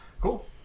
Cool